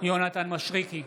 יונתן מישרקי,